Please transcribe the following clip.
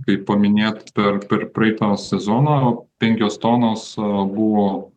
kaip paminėt per per praeitą sezoną penkios tonos buvo